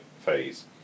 phase